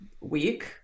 week